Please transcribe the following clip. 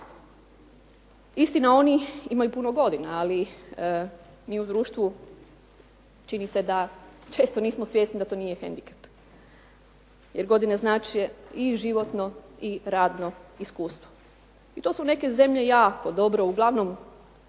Istina imaju oni puno godina, ali mi u društvu čini se da često nismo svjesni da to nije hendikep. Jer godine znače i životno i radno iskustvo. I to su neke zemlje jako dobro uglavnom